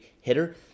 hitter